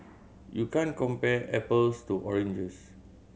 you can't compare apples to oranges